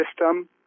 system